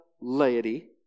laity